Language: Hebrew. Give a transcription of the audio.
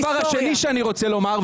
הדבר השני שאני רוצה לומר,